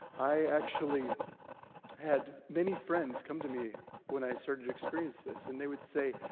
i actually had many friends come to me when i started to experience this, and they would say,